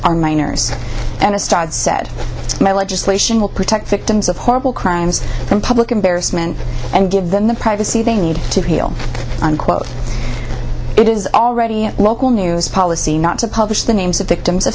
legislation will protect victims of horrible crimes from public embarrassment and give them the privacy they need to appeal unquote it is already a local news policy not to publish the names of victims of